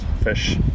fish